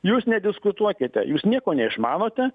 jūs nediskutuokite jūs nieko neišmanote